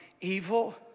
evil